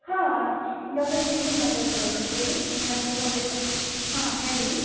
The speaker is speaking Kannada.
ಹಾಂ ಡಾಕ್ಟರ್ ಸಿಂಧು ಮಾತಾಡ್ತಿರೋದು ಹೇಳಿ ಏನಾಗಬೇಕಾಗಿತ್ತು ಹಾಂ ಹೇಳಿ